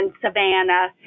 Savannah